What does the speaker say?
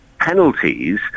Penalties